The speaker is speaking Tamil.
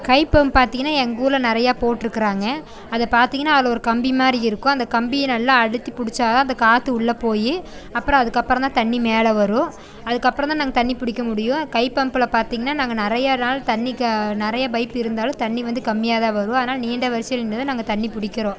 கை பம்ப் பார்த்தீங்கன்னா எங்க ஊரில் நிறையா போட்டுருக்கறாங்க அதை பார்த்தீங்கன்னா அதில் ஒரு கம்பி மாதிரி இருக்கும் அந்த கம்பியை நல்லா அழுத்தி பிடிச்சா தான் அந்த காற்று உள்ளே போய் அப்புறம் அதுக்கப்புறம் தான் தண்ணி மேலே வரும் அதுக்கப்புறம் தான் நாங்க தண்ணி பிடிக்க முடியும் கை பம்ப்பில் பாத்தீங்கனா நாங்கள் நிறையா நாள் தண்ணிக்கு நிறைய பைப் இருந்தாலும் தண்ணி வந்து கம்மியாக தான் வரும் அதனால நீண்ட வரிசையில் நின்று தான் நாங்கள் தண்ணி பிடிக்கறோம்